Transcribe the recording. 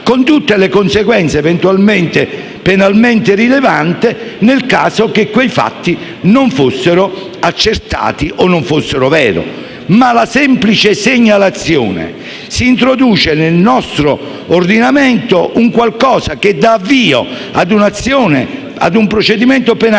con tutte le conseguenze eventualmente penalmente rilevanti nel caso in cui quei fatti non fossero accertati o non fossero veri. Con la semplice segnalazione, però, s'introduce nel nostro ordinamento un qualcosa che dà avvio ad un procedimento penale